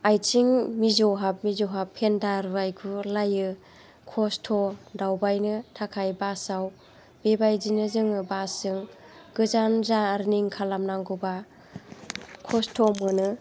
आइथिं मिजौहाब मिजौहाब फेन्दा रुवायगु लायो खस्त' दावबायनो थाखाय बासाव बेबायदिनो जोङो बासजों गोजान जारनि खालामनांगौबा खस्त' मोनो